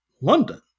London